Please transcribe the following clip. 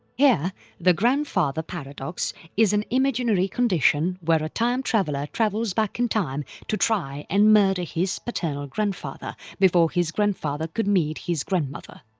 here the grandfather paradox is an imaginary condition where a time traveller travels back in time to try and murder his paternal grandfather before his grandfather could meet his grandmother.